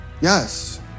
Yes